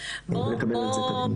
ולקבל על זה תגמול.